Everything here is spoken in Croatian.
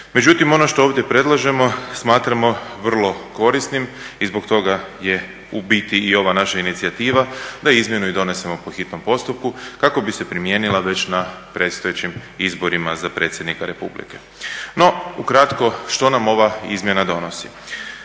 Međutim ono što ovdje predlažemo smatramo vrlo korisnim i zbog toga je u biti i ova naša inicijativa da izmjenu donesemo po hitnom postupku kako bi se primijenila već na predstojećim izborima za Predsjednika Republike. No ukratko što nam ova izmjena donosi.